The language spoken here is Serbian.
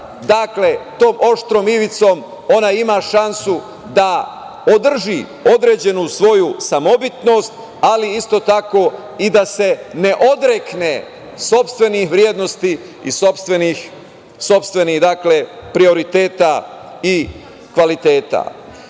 prolazi tom oštrom ivicom ona ima šansu da održi određenu svoju samobitnost, ali isto tako i da se ne odrekne sopstvenih vrednosti i sopstvenih prioriteta i kvaliteta. Na